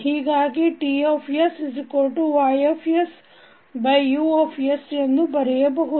ಹೀಗಾಗಿ TYU ಎಂದು ಬರೆಯಬಹುದು